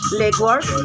legwork